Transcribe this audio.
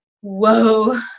whoa